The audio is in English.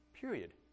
Period